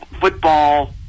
football